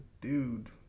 dude